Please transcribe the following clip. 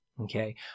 Okay